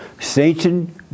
Satan